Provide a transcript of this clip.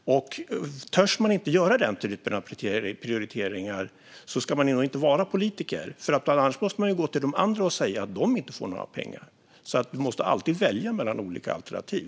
Törs man inte göra den typen av prioriteringar ska man nog inte vara politiker. Om man inte gör detta måste man ju gå till de andra och säga att de inte får några pengar. Vi måste alltid välja mellan olika alternativ.